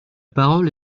parole